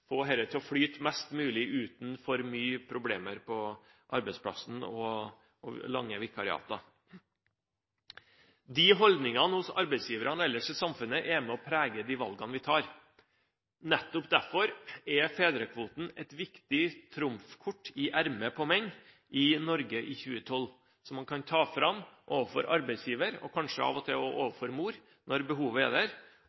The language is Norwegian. få dette til å flyte mest mulig, uten for mye problemer på arbeidsplassen og lange vikariater. De holdningene hos arbeidsgiverne og ellers i samfunnet er med på å prege de valgene vi tar. Nettopp derfor er fedrekvoten et viktig trumfkort i ermet på menn i Norge i 2012 som man kan ta fram overfor arbeidsgiver, kanskje av og til